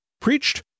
preached